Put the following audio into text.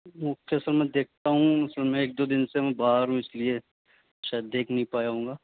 okay sir میں دیکھتا ہوں اصل میں ایک دو دن سے میں باہر ہوں اس لیے شاید دیکھ نہیں پایا ہوں گا